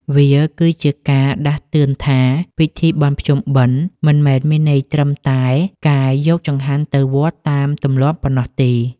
វាគឺជាការដាស់តឿនថា ពិធីបុណ្យភ្ជុំបិណ្ឌមិនមែនមានន័យត្រឹមតែការយកចង្ហាន់ទៅវត្តតាមទម្លាប់ប៉ុណ្ណោះទេ។